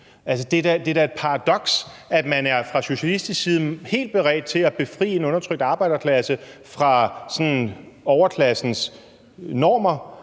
Det er da et paradoks, at man fra socialistisk side er helt beredt til at befri en undertrykt arbejderklasse fra overklassens normer,